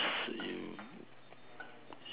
you